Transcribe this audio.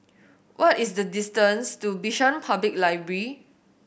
what is the distance to Bishan Public Library